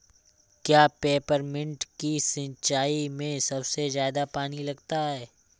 क्या पेपरमिंट की सिंचाई में सबसे ज्यादा पानी लगता है?